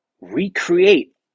recreate